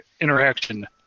interaction